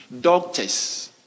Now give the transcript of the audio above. Doctors